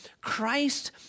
Christ